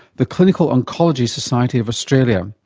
the clinical oncology society of australia.